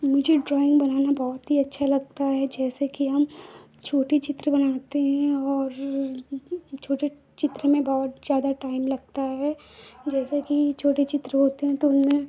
मुझे ड्राइंग बनाना बहुत ही अच्छा लगता है जैसे कि हम छोटे चित्र बनाते हैं और छोटे चित्र में बहुत ज़्यादा टाइम लगता है जैसे कि छोटे चित्र होते हैं तो उनमें